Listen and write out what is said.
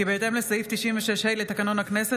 כי בהתאם לסעיף 96(ה) לתקנון הכנסת,